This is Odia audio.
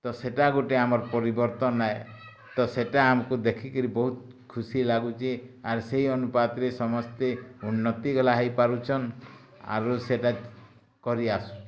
ତ ସେଇଟା ଗୋଟେ ଆମର ପରିବର୍ତ୍ତନ ହେ ତ ସେଟା ଆମକୁ ଦେଖି କରି ବହୁତ ଖୁସି ଲାଗୁଛି ଆର ସେ ଅନୁପାତରେ ସମସ୍ତେ ଉନ୍ନତି ଗଲା ହେଇପାରୁଛନ ଆରୁ ସେଟା କରି ଆସୁଛୁ